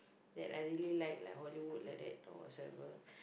that I really like like Hollywood like that or whatever